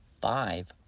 five